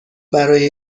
برای